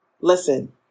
Listen